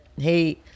hey